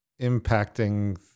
impacting